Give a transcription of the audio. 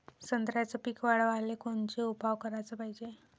संत्र्याचं पीक वाढवाले कोनचे उपाव कराच पायजे?